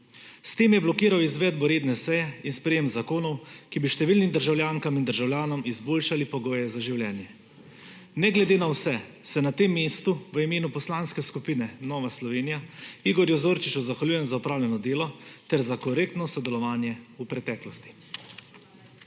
S tem je blokiral izvedbo redne seje in sprejem zakonov, ki bi številnim državljankam in državljanom izboljšali pogoje za življenje. Ne glede na vse, se na tem mestu v imenu poslanske skupine Nova Slovenija Igorju Zorčiču zahvaljujem za opravljeno delo ter za korektno sodelovanje v preteklosti.